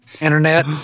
internet